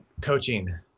coaching